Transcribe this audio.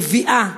נביאה,